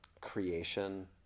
Creation